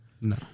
No